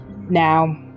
now